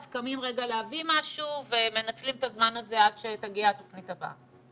אז קמים רגע להביא משהו ומנצלים את הזמן הזה עד שתגיע התוכנית הבאה.